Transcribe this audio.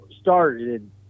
started